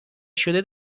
شده